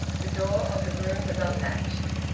the door of the room was unlatched.